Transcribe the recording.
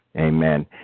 Amen